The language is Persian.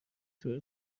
چطور